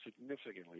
significantly